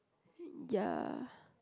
ya